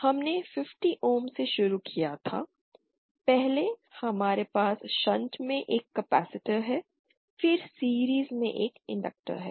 हमने 50 ओम से शुरू किया था पहले हमारे पास शंट में एक कपैसिटर है और फिर सीरिज़ में एक इंडक्टर है